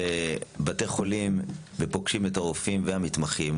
כשמבקרים בבתי חולים ופוגשים את הרופאים והמתמחים,